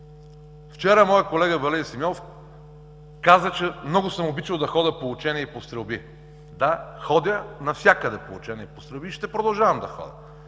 Вчера, моят колега Валери Симеонов каза, че много съм обичал да ходя по учения и по стрелби. Да, ходя навсякъде по учения и стрелби и ще продължавам да ходя.